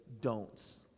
don'ts